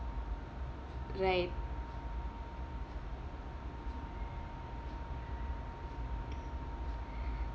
right